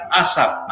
asap